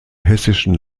hessischen